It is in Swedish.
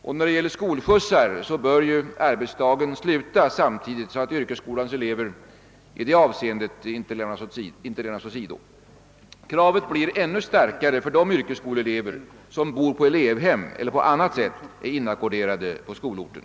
För skolskjutsarnas skull bör arbetsdagen också sluta samtidigt, så att yrkesskolans elever i det avseendet inte sätts åsido. Kravet blir ännu starkare för de yrkesskoleelever som bor på elevhem eller på annat sätt är inackorderade på skolorten.